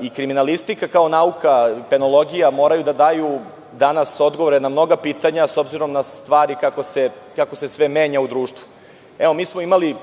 I kriminalistika, kao nauka, i penologija moraju da daju danas odgovore na mnoga pitanja, s obzirom na stvari koje se menjaju u društvu. Imali